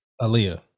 Aaliyah